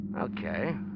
Okay